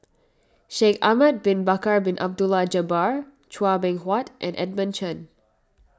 Shaikh Ahmad Bin Bakar Bin Abdullah Jabbar Chua Beng Huat and Edmund Chen